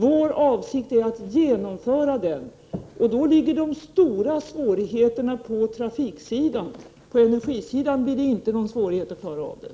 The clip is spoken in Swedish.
Vår avsikt är att genomföra den. Då ligger de stora svårigheterna på trafiksidan. På energisidan blir det inte någon svårighet att klara av det.